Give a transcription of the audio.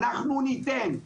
אנחנו ניתן.